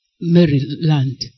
Maryland